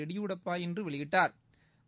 எடியூரப்பா இன்று வெளியிட்டாா்